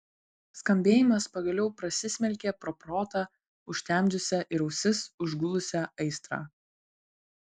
skambėjimas pagaliau prasismelkė pro protą užtemdžiusią ir ausis užgulusią aistrą